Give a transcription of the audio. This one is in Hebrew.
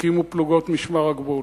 תקימו פלוגות משמר הגבול,